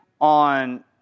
on